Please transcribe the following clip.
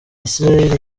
isiraheli